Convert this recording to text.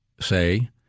say—